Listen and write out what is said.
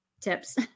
tips